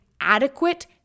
adequate